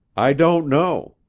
i don't know,